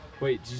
Wait